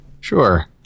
sure